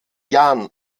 jahren